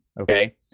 Okay